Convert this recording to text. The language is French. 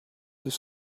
deux